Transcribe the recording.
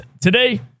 today